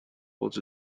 holds